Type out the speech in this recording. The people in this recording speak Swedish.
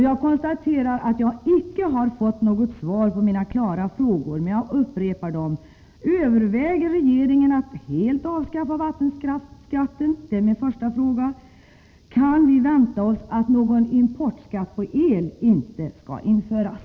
Jag konstaterar att jag icke har fått något svar på mina klara frågor. Jag upprepar dem: Överväger regeringen att helt avskaffa vattenkraftsskatten? Kan vi räkna med att någon importskatt på el inte kommer att införas?